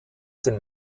den